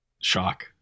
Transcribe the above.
Shock